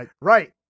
Right